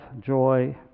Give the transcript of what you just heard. joy